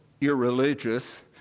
irreligious